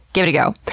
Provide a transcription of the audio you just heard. give it a go.